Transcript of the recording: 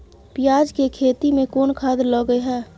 पियाज के खेती में कोन खाद लगे हैं?